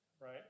right